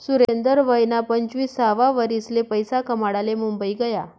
सुरेंदर वयना पंचवीससावा वरीसले पैसा कमाडाले मुंबई गया